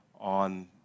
on